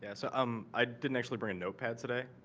and so, um i didn't actually bring a notepad today.